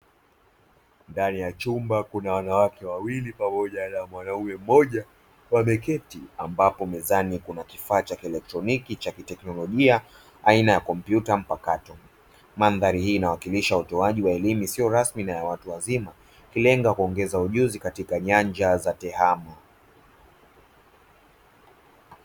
Ndani ya chumba kuna wanawake wawili pamoja na mwanaume mmoja wameketi, ambapo mezani kuna kifaa cha kielektroniki cha kiteknolojia aina ya kompyuta mpakato. Mandhari hii inawakilisha utoaji wa elimu isiyo rasmi na ya watu wazima ikilenga kuongeza ujuzi katika nyanja za tehama.